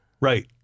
right